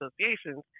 associations